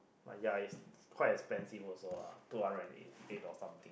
like ya is quite expensive also lah two hundred and eighty eight or something